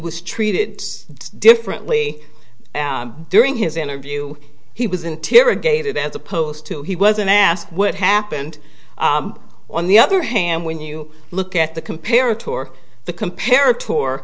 was treated differently during his interview he was interrogated as opposed to he wasn't asked what happened on the other hand when you look at the compare tour the compare tour